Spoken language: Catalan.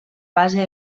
base